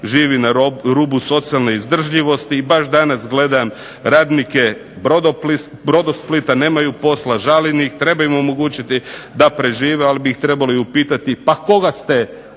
živi na rubu socijalne izdržljivosti. I baš danas gledam radnike "Brodosplita". Nemaju posla. Žalim ih. Treba im omogućiti da prežive, ali bi ih trebalo i upitati pa koga ste